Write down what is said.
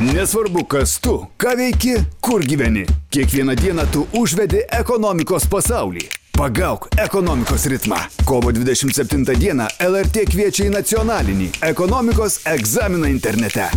nesvarbu kas tu ką veiki kur gyveni kiekvieną dieną tu užvedi ekonomikos pasaulį pagauk ekonomikos ritmą kovo dvidešimt septintą dieną lrt kviečia į nacionalinį ekonomikos egzaminą internete